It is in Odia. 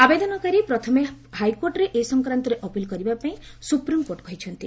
ଆବେଦନକାରୀ ପ୍ରଥମେ ହାଇକୋର୍ଟରେ ଏ ସଂକ୍ରାନ୍ତରେ ଅପିଲ କରିବା ପାଇଁ ସୁପ୍ରିମକୋର୍ଟ କହିଛନ୍ତି